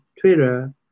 Twitter